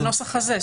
בנוסח הזה.